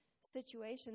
situation